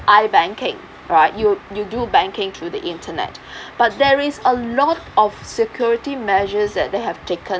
ibanking right you you do banking through the internet but there is a lot of security measures that they have taken